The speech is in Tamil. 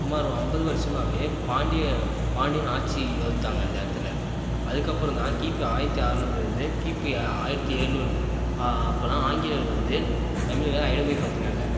சுமார் ஒரு ஐம்பது வருடமாவே பாண்டிய பாண்டியன் ஆட்சி வகுத்தாங்க அந்த இடத்தில் அதுக்கப்புறம் தான் கிபி ஆயிரத்தி அறநூறுலேருந்து கிபி ஆயிரத்தி எழுநூறு அப்போதெல்லாம் ஆங்கிலேயர் வந்து தமிழரை அடிமைப்படுத்தினாங்க